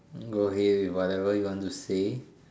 go ahead whatever you want to say